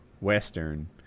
Western